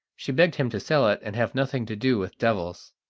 she begged him to sell it, and have nothing to do with devils.